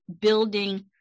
building